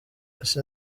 ese